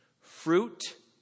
Fruit